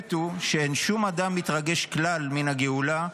והמופת הוא, שאין שום אדם מתרגש כלל מן הגאולה,